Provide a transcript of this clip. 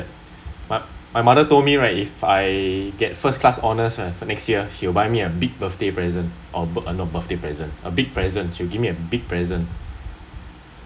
not bad not bad my my mother told me right if I get first class honours right for next year she will buy me a big birthday present or or not birthday present a big present she'll give me a big present